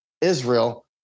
Israel